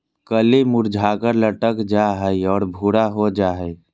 कली मुरझाकर लटक जा हइ और भूरा हो जा हइ